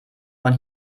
von